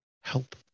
Help